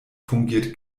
fungiert